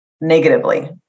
negatively